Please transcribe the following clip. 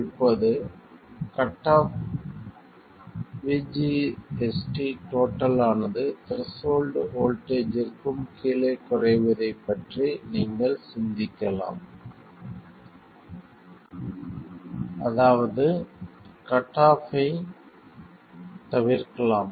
இப்போது cut off VGS ஆனது threshold வோல்ட்டேஜ்ற்குக் கீழே குறைவதைப் பற்றி நீங்கள் சிந்திக்கலாம் அதாவது கட் ஆஃப் ஆவதைத் தவிர்க்கலாம்